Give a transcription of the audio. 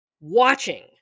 watching